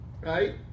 right